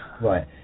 Right